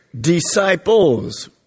disciples